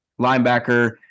linebacker